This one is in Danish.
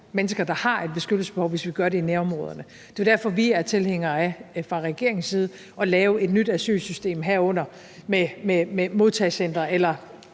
mennesker, der har et beskyttelsesbehov, hvis vi gør det i nærområderne. Det er derfor, vi fra regeringens side er tilhængere af at lave et nyt asylsystem, herunder med modtagecenter,